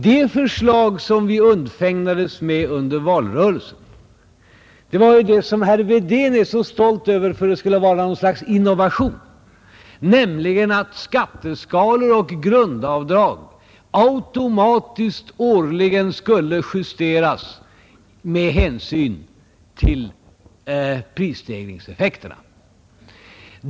Det förslag vi undfägnades med under valrörelsen, det som herr Wedén är så stolt över för att det skulle vara något slags innovation, innebär att skatteskalor och grundavdrag årligen automatiskt skulle justeras med hänsyn till prisstegringseffekterna.